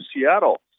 Seattle